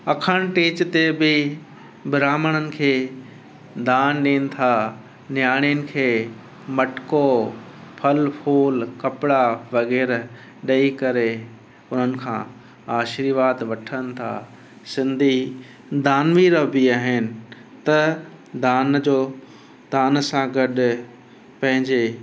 अखणु टीज ते बि ब्राहमणनि खे दान ॾियनि था नियाणियुनि खे मटको फल फूल कपिड़ा वग़ैरह ॾई करे उन्हनि खां आशीर्वाद वठनि था सिंधी दानवीर बि आहिनि त दान जो दान सां गॾु पंहिंजे